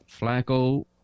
Flacco